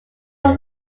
was